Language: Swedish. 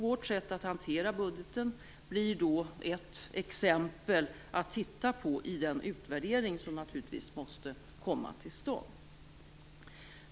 Vårt sätt att hantera budgeten blir ett exempel att titta på i den utvärdering som naturligtvis måste komma till stånd.